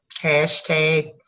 Hashtag